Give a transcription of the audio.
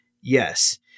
Yes